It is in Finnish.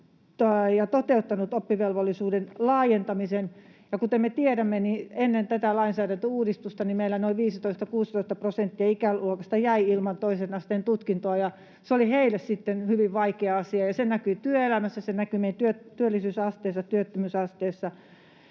ja toteuttanut oppivelvollisuuden laajentamisen. Ja kuten me tiedämme, niin ennen tätä lainsäädäntöuudistusta meillä noin 15—16 prosenttia ikäluokasta jäi ilman toisen asteen tutkintoa. Se oli heille sitten hyvin vaikea asia, ja se näkyi työelämässä, se näkyi meidän työllisyysasteessa, työttömyysasteessa.